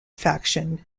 faction